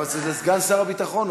אבל זה לסגן שר הביטחון.